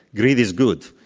greed is good.